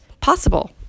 possible